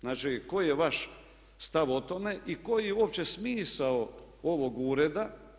Znači, koji je vaš stav o tome i koji je uopće smisao ovog ureda?